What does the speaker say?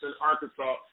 Arkansas